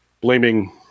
blaming